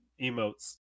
emotes